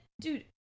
Dude